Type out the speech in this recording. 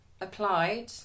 applied